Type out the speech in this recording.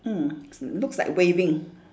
mm looks like waving